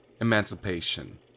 emancipation